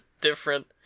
different